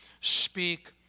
speak